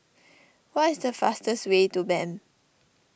what is the fastest way to Bern